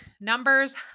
numbers